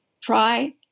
Try